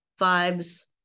vibes